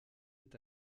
est